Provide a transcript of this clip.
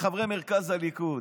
לחברי מרכז הליכוד.